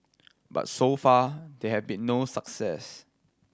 but so far there has been no success